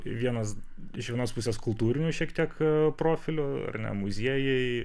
vienas iš vienos pusės kultūriniu šiek tiek profiliu ar ne muziejai